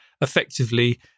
effectively